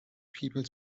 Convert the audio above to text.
people